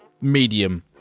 medium